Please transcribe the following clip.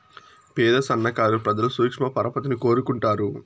పేద సన్నకారు ప్రజలు సూక్ష్మ పరపతిని కోరుకుంటారు